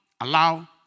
allow